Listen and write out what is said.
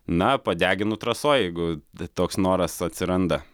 na padeginu trasoj jeigu toks noras atsiranda